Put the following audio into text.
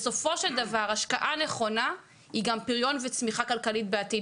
בסופו של דבר השקעה נכונה היא גם פריון וצמיחה כלכלית בעתיד